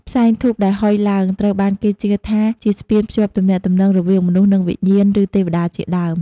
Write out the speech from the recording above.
ផ្សែងធូបដែលហុយឡើង ត្រូវបានគេជឿថាជាស្ពានភ្ជាប់ទំនាក់ទំនងរវាងមនុស្ស និងវិញ្ញាណ ឬទេវតាជាដើម។